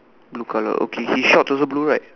blue colour okay his shorts also blue right